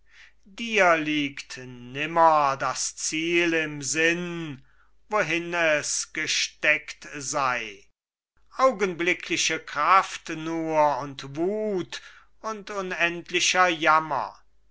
dir liegt nimmer das ziel im sinn wohin es gesteckt sei augenblickliche kraft nur und wut und unendlicher jammer